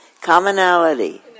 Commonality